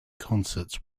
concerts